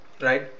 Right